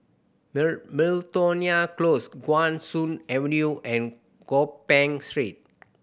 Miltonia Close Guan Soon Avenue and Gopeng Street